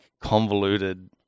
convoluted